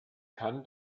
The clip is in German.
kann